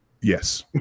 Yes